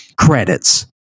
Credits